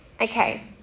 Okay